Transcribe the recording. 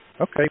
Okay